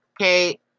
Okay